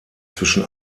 zwischen